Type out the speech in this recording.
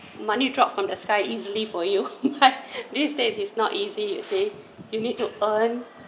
money drop from the sky easily for you these days is not easy you see you need to earn